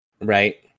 Right